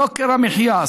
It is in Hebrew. יוקר המחיה,